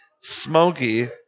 Smoky